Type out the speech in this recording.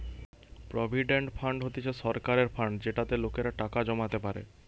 provident fund হতিছে সরকারের fund যেটাতে লোকেরা টাকা জমাতে পারে